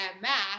math